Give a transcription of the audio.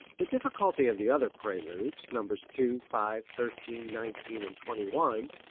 the difficulty of the other preludes, nos. two, five, thirteen, nineteen and twenty one,